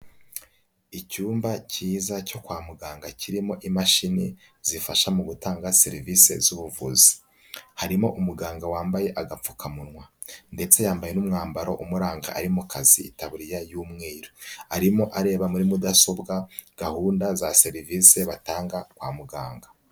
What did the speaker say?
Icyumba cyiza cyo kwa muganga kirimo imashini zifasha mu gutanga serivise z'ubuvuzi, harimo umuganga wambaye agapfukamunwa, ndetse yambaye n'umwambaro umuranga ari mu kazi itaburiya y'umweru, arimo areba muri mudasobwa gahunda za serivise batanga kwa muganga.